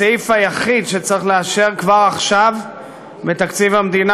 הסעיף היחיד שצריך לאשר כבר עכשיו בתקציב המדינה